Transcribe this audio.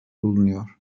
bulunuyor